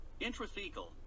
Intrathecal –